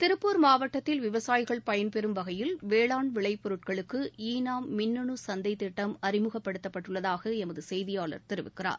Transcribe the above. திருப்புர் மாவட்டத்தில் விவசாயிகள் பயன்பெறும் வகையில் வேளாண் விளைபொருட்களுக்குஈ நாம் மின்னுசந்தைதிட்டம் அறிமுகப்படுத்தப்பட்டுள்ளதாகஎமதுசெய்தியாளர் தெரிவிக்கிறார்